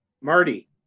Marty